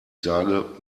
sage